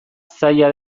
zaila